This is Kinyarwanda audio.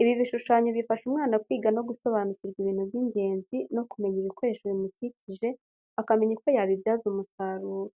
Ibi bishushanyo bifasha umwana kwiga no gusobanukirwa ibintu by'ingenzi no kumenya ibikoresho bimukikije akamenya uko yabibyaza umusaruro.